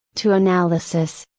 to analysis,